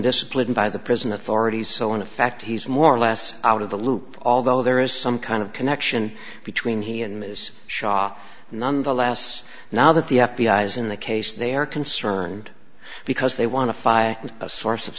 disciplined by the prison authorities so in effect he's more or less out of the loop although there is some kind of connection between he and ms shaw nonetheless now that the f b i is in the case they are concerned because they want to fire a source of